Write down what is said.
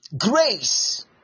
grace